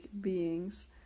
beings